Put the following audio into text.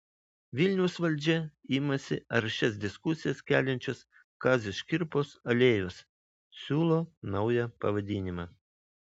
vilniaus valdžia imasi aršias diskusijas keliančios kazio škirpos alėjos siūlo naują pavadinimą